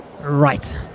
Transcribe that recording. Right